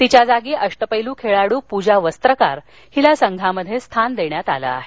तिच्या जागी अष्टपैलू खेळाडू पूजा वस्त्रकार हिला संघात स्थान देण्यात आलं आहे